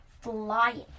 flying